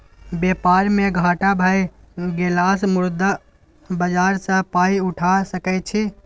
बेपार मे घाटा भए गेलासँ मुद्रा बाजार सँ पाय उठा सकय छी